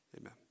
amen